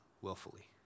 willfully